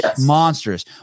monstrous